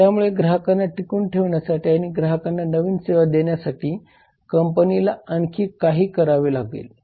त्यामुळे ग्राहकांना टिकवून ठेवण्यासाठी आणि ग्राहकांना नवीन सेवा देण्यासाठी कंपनीला आणखी काही करावे लागेल